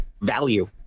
value